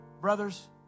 Brothers